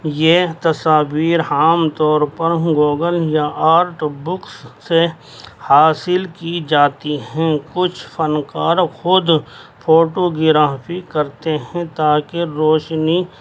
یہ تصاویر عام طور پر گوگل یا آرٹ بکس سے حاصل کی جاتی ہیں کچھ فنکار خود فوٹوگرافی کرتے ہیں تا کہ روشنی